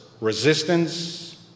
resistance